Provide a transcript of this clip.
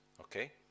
Okay